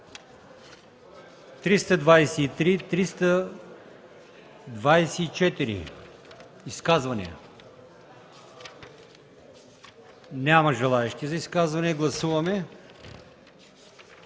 307 – изказвания? Няма желаещи за изказвания. Гласуваме